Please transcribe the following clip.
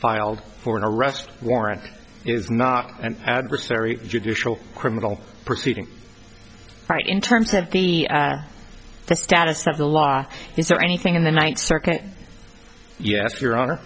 filed for an arrest warrant is not an adversary judicial criminal proceeding right in terms of the status of the law is there anything in the ninth circuit yes your honor